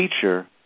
teacher